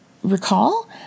Recall